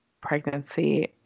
pregnancy